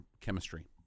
chemistry